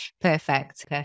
perfect